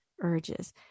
urges